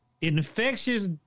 Infectious